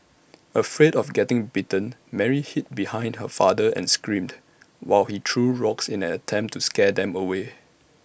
afraid of getting bitten Mary hid behind her father and screamed while he threw rocks in an attempt to scare them away